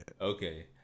Okay